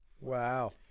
Wow